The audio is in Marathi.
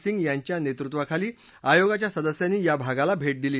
सिंग यांच्या नेतृत्वाखाली आयोगाच्या सदस्यांनी या भागाला भेट दिली